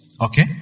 Okay